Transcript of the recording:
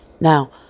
Now